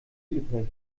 übrig